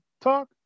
talk